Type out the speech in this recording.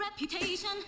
reputation